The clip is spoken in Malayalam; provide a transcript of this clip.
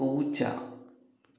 പൂച്ച